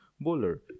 bowler